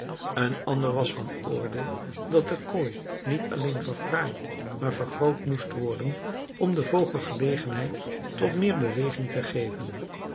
een ander was van oordeel dat de kooi niet alleen verfraaid maar vergroot moest worden om den vogel gelegenheid tot meer beweging te geven